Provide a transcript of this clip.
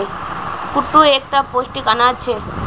कुट्टू एक टा पौष्टिक अनाज छे